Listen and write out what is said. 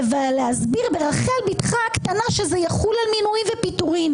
להסביר ברחל ביתך הקטנה שזה יחול על מינויים ופיטורים.